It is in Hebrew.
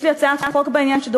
יש לי הצעת חוק בעניין,